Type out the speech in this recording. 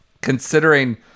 considering